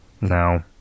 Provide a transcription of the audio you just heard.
No